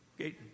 Okay